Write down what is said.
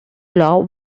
law